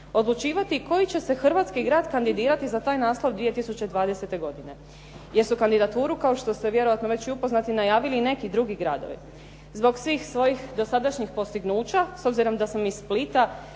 odlučivati koji će se hrvatski grad kandidirati za taj naslov 2020. godine. Jer su kandidaturu, kao što ste vjerojatno već i upoznati, najavili neki drugi gradovi. Zbog svih svojih dosadašnjih postignuća, s obzirom da sam iz Splita,